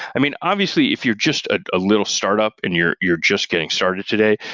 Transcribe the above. i mean, obviously, if you're just a little startup and you're you're just getting started today,